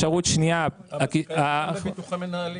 --- ביטוחי מנהלים.